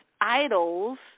idols